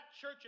church